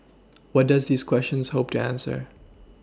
what does these questions hope to answer